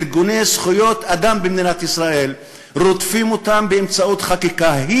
ארגוני זכויות אדם במדינת ישראל שרודפים אותם באמצעות חקיקה,